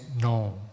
no